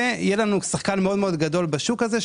ויהיה שחקן מאוד גדול בשוק הזה,